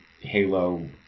Halo